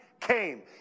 came